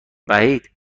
وحید